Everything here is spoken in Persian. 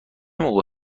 موقع